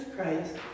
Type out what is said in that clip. Christ